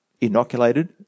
inoculated